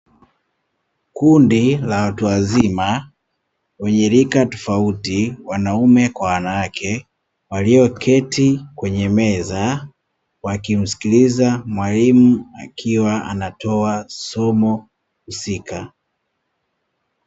Kundi la watu wazima wenye rika tofauti wanaume kwa wanawake walioketi kwenye meza wakimsikiliza mwalimu akiwa anatoa somo husika.